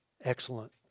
Excellent